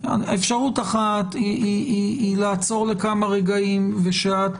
אפשרות אחת היא לעצור לכמה רגעים ושאת,